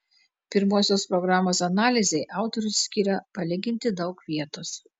pirmosios programos analizei autorius skiria palyginti daug vietos